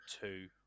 two